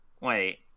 wait